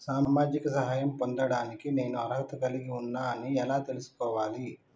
సామాజిక సహాయం పొందడానికి నేను అర్హత కలిగి ఉన్న అని ఎలా తెలుసుకోవాలి?